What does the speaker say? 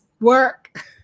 work